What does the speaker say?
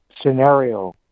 scenario